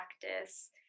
practice